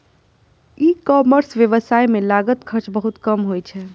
ई commerce व्यवसाय मे लागत खर्च बहुत कम होइ छै